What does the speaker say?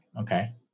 Okay